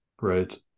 Right